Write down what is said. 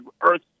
earth